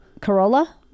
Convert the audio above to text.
Corolla